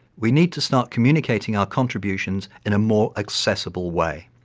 we need to start communicating our contributions in a more accessible way.